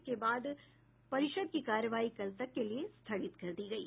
इसके बाद परिषद की कार्यवाही कल तक के लिए स्थगित कर दी गयी